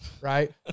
Right